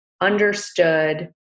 understood